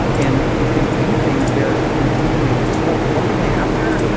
ah and you can do things there to rejuvenate your soul. so one thing they have there,